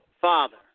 Father